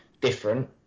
different